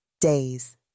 Days